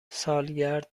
سالگرد